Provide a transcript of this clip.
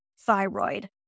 thyroid